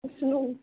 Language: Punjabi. ਉਸਨੂੰ